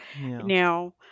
now